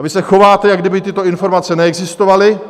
A vy se chováte, jako kdyby tyto informace neexistovaly.